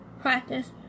practice